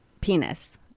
penis